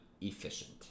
efficient